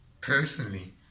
Personally